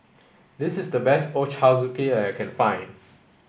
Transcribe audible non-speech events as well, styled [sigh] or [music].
this is the best Ochazuke [unintelligible] I can find